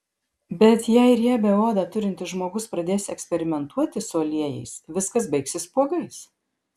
bet jei riebią odą turintis žmogus pradės eksperimentuoti su aliejais viskas baigsis spuogais